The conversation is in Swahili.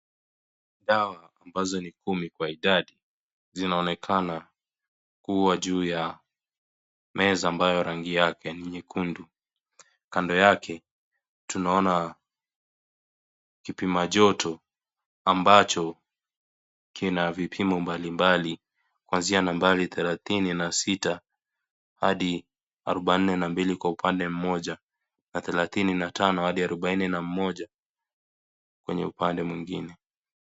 Dawa ambazo ni kumi kwa idadi, zinaonekana kuwa juu ya meza ambayo rangi yake ni nyekundu. Kando yake tunaona kipimajoto ambacho kina vipimo mbalimbali kuanzia nambari thelathini na sita hadi arubaini na mbili kwa upande mmoja, na thelathini na tano hadi arubaini na moja, kwenye upande mwingine.